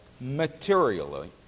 materially